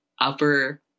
upper